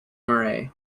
murray